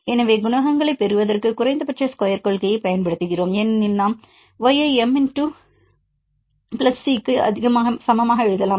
எனவே குணகங்களைப் பெறுவதற்கு குறைந்தபட்ச ஸ்கொயர் கொள்கையைப் பயன்படுத்துகிறோம் ஏனெனில் நாம் y ஐ m x plus c க்கு YmxC சமமாக எழுதலாம்